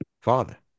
father